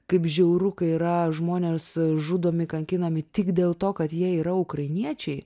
kaip žiauru kai yra žmonės žudomi kankinami tik dėl to kad jie yra ukrainiečiai